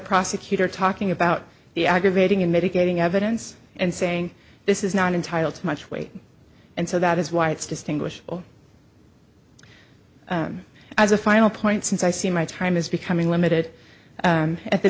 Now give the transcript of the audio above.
prosecutor talking about the aggravating and mitigating evidence and saying this is not entitled to much weight and so that is why it's distinguished as a final point since i see my time is becoming limited at the